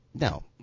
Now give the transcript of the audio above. no